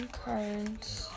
currents